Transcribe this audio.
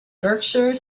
berkshire